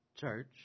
church